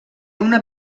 una